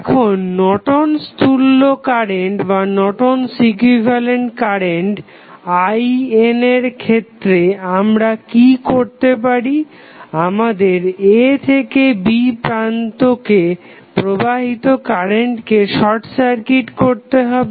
এখন নর্টন'স তুল্য current Nortons equivalent current IN এর ক্ষেত্রে আমরা কি করতে পারি আমাদের a থেকে b প্রান্তে প্রবাহিত কারেন্টকে শর্ট সার্কিট করতে হবে